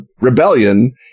rebellion